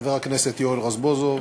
חבר הכנסת יואל רזבוזוב,